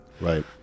Right